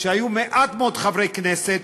והיו מעט מאוד חברי כנסת,